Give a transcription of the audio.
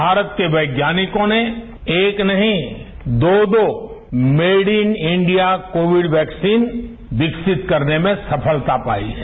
भारत के वैज्ञानिकों ने एक नहीं दो दो made in India Covid vaccine विकसित करने में सफलता पाई है